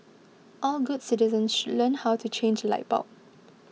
all good citizens should learn how to change light bulb